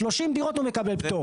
שלושים דירות הוא מקבל פטור.